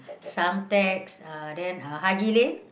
Suntecs uh then uh Haji-Lane